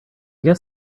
guess